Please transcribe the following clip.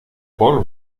paul